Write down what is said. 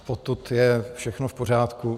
Potud je všechno v pořádku.